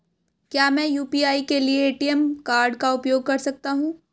क्या मैं यू.पी.आई के लिए ए.टी.एम कार्ड का उपयोग कर सकता हूँ?